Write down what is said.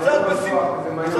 קצת בשמחה.